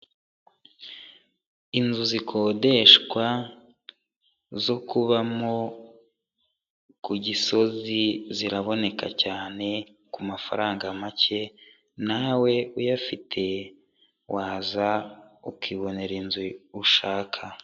Inzu zikodeshwa zo kubamo ku Gisozi ziraboneka cyane ku mafaranga make, nawe uyafite waza ukibonera inzu ushaka.